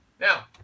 Now